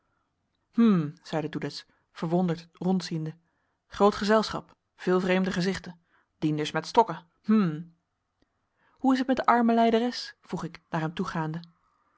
doedes verwonderd rondziende groot gezelschap veel vreemde gezichten dienders met stokken hm hoe is het met de arme lijderes vroeg ik naar hem toegaande